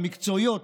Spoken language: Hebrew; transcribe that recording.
המקצועיות,